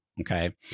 okay